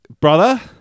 brother